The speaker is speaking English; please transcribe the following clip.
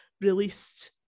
released